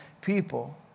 people